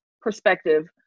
perspective